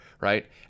right